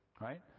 Right